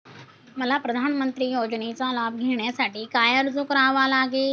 मला प्रधानमंत्री योजनेचा लाभ घेण्यासाठी काय अर्ज करावा लागेल?